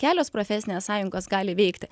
kelios profesinės sąjungos gali veikti